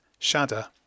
Shada